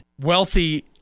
wealthy